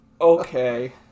okay